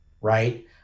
right